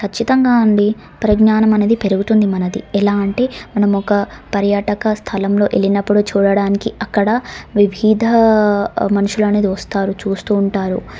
ఖచ్చితంగా అండి ప్రజ్ఞానం అనేది పెరుగుతుంది మనది ఎలా అంటే మనం ఒక పర్యాటక స్థలంలో వెళ్ళినప్పుడు చూడటానికి అక్కడ వివిధ మనుషులు అనేది వస్తారు చూస్తూ ఉంటారు